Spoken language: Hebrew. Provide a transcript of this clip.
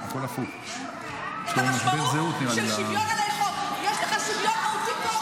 --- של שוויון --- טלי, השעה 17:00,